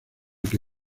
que